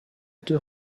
deux